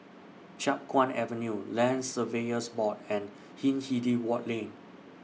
Chiap Guan Avenue Land Surveyors Board and Hindhede Lane